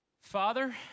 Father